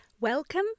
Welcome